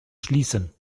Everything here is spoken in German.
schließen